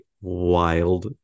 wild